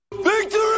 Victory